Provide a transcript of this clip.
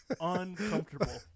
uncomfortable